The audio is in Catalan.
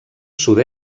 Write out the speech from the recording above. sud